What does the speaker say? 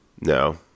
No